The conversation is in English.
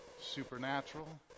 supernatural